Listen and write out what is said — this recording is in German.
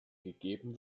gegeben